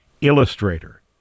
Illustrator